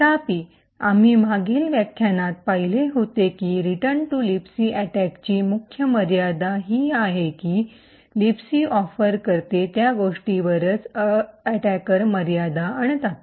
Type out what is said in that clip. तथापि आम्ही मागील व्याख्यानात पाहिले होते की रिटर्न टू लिबसी अटैकची प्रमुख मर्यादा ही आहे की लिबसी ऑफर करते त्या गोष्टीवरच अटैकर मर्यादा आणतात